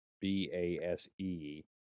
B-A-S-E